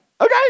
okay